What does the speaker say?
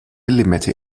limette